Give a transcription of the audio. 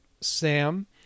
Sam